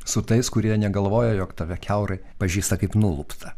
su tais kurie negalvoja jog tave kiaurai pažįsta kaip nuluptą